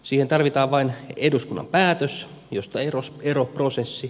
siihen tarvitaan vain eduskunnan päätös josta eroprosessi alkaa